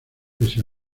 pese